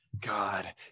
God